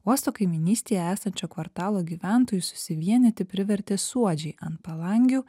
uosto kaimynystėje esančio kvartalo gyventojus susivienyti privertė suodžiai ant palangių